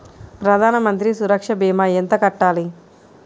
ప్రధాన మంత్రి సురక్ష భీమా ఎంత కట్టాలి?